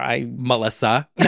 Melissa